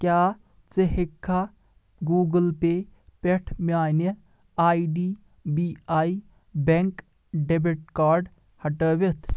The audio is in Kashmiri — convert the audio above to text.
کیٛاہ ژٕ ہٮ۪ککھا گوٗگٕل پے پٮ۪ٹھ میانہِ I D B I bank debit card ہٹٲوِتھ